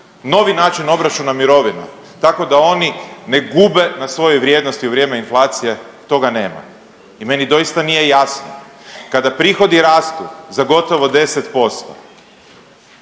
novi način obračuna mirovina tako da oni ne gube na svojoj vrijednosti u vrijeme inflacije, toga nema. I meni doista nije jasno. Kada prihodi rastu za gotovo 10%,